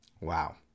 Wow